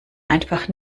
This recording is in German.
einfach